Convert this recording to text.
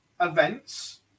events